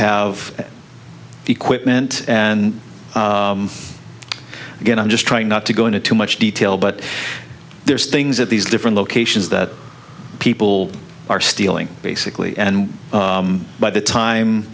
the equipment and again i'm just trying not to go into too much detail but there's things that these different locations that people are stealing basically and by the time